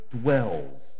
dwells